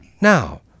Now